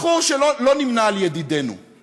בחור שלא נמנה עם ידידינו,